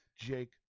Jake